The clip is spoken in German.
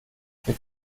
mit